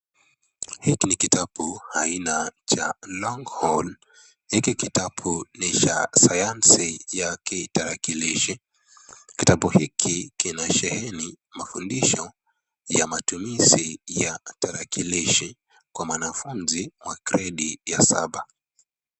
Hiki ni kitabu cha haina ya Longhorn, hiki kitabu ni cha sayansi ya kitarakilishi, kitabu hiki kinasheheni mafundisho ya matumizi ya tarakilishi kwa mwanafunzi wa gredi ya saba.